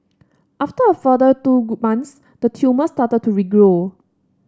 after a further two months the tumour started to regrow